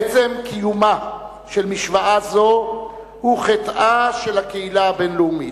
עצם קיומה של משוואה זו הוא חטאה של הקהילה הבין-לאומית.